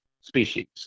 species